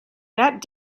that